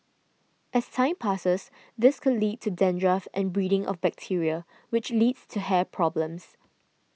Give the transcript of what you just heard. as time passes this could lead to dandruff and breeding of bacteria which leads to hair problems